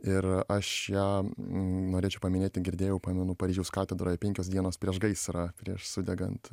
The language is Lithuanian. ir aš ją norėčiau paminėti girdėjau pamenu paryžiaus katedroje penkios dienos prieš gaisrą prieš sudegant